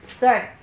Sorry